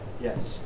Yes